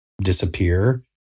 disappear